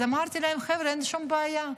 אז אמרתי להם, חבר'ה, אין שום בעיה,